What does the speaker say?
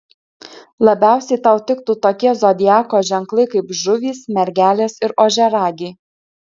labiausiai tau tiktų tokie zodiako ženklai kaip žuvys mergelės ir ožiaragiai